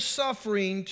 suffering